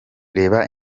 reba